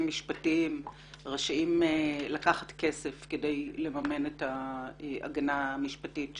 משפטיים רשאים לקחת כסף כדי לממן את ההגנה המשפטית שלהם.